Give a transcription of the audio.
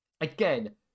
Again